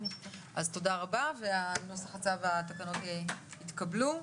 אז תודה רבה ונוסח הצו והתקנות התקבלו.